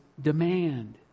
demand